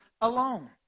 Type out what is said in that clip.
alone